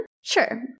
sure